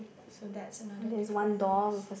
so that's another difference